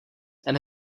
and